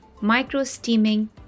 micro-steaming